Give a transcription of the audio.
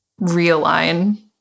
realign